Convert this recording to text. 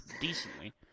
decently